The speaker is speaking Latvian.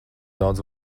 daudz